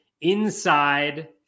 Inside